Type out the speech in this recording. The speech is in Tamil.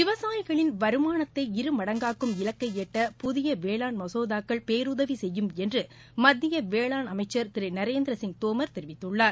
விவசாயிகளின் வருமானத்தை இருமடங்காக்கும் இலக்கை எட்ட புதிய வேளாண் மசோதாக்கள் பேருதவி செய்யும் என்று மத்திய வேளாண் அமைச்சர் திரு நரேந்திர சிங் தோமர் தெரிவித்துள்ளார்